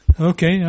okay